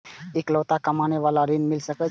इकलोता कमाबे बाला के ऋण मिल सके ये?